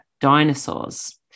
dinosaurs